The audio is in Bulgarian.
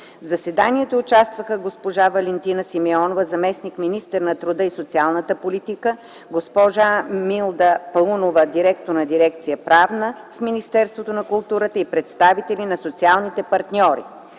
В заседанието участваха: госпожа Валентина Симеонова – заместник-министър на труда и социалната политика, госпожа Милда Паунова – директор на дирекция „Правна” в Министерството на културата, и представители на социалните партньори.